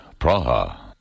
Praha